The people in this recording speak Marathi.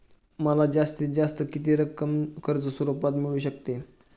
मला जास्तीत जास्त किती रक्कम कर्ज स्वरूपात मिळू शकते?